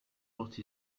what